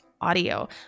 audio